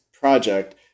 project